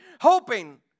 hoping